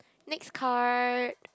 next card